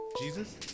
Jesus